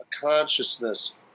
consciousness